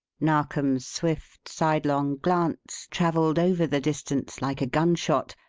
narkom's swift, sidelong glance travelled over the distance like a gunshot,